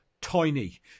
tiny